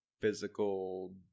physical